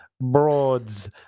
Broad's